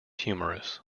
humorous